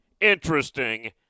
interesting